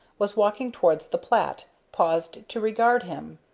was walking towards the plat, paused to regard him.